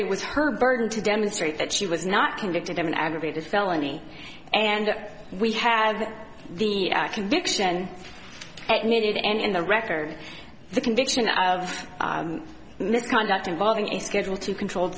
it was her burden to demonstrate that she was not convicted of an aggravated felony and we have the conviction needed in the record the conviction of misconduct involving a schedule two controlled